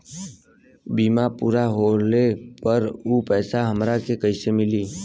बीमा पूरा होले पर उ पैसा हमरा के कईसे मिली?